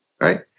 Right